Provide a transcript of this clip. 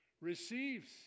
receives